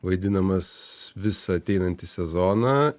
vaidinamas visą ateinantį sezoną